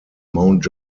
mount